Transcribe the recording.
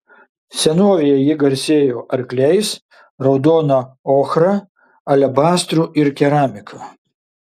senovėje ji garsėjo arkliais raudona ochra alebastru ir keramika